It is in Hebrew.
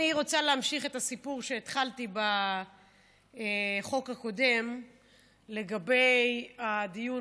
אני רוצה להמשיך את הסיפור שהתחלתי בחוק הקודם לגבי הדיון